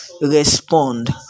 respond